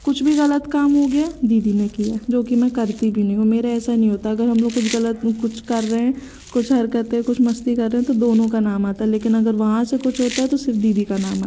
कुछ भी गलत काम हो गया दीदी ने किया जोकि मैं करती भी नहीं हूँ मेरे ऐसा नहीं होता अगर हम लोग कुछ गलत कुछ कर रहे हैं कुछ हरकतें कुछ मस्ती कर रहे हैं तो दोनों का नाम आता है लेकिन अगर वहाँ से कुछ होता है तो सिर्फ दीदी का नाम आता है